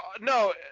no